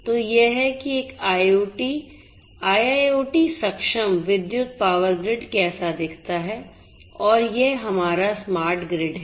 तो यह है कि एक IIoT सक्षम विद्युत पावर ग्रिड कैसा दिखता है और यह हमारा स्मार्ट ग्रिड है